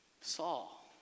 Saul